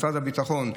משרד הביטחון,